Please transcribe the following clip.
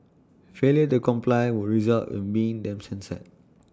failure to comply would result A mean then sin said